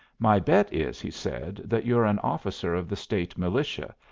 my bet is, he said, that you're an officer of the state militia,